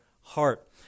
heart